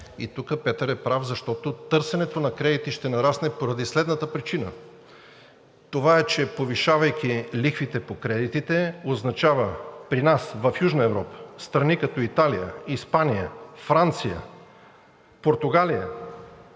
и тук Петър е прав, защото търсенето на кредити ще нарасне поради следната причина. Това е, че повишавайки лихвите по кредитите, означава при нас в Южна Европа страни като Италия, Испания, Франция, Португалия